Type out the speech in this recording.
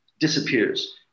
disappears